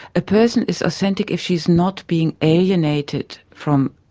a person is authentic if she is not being alienated from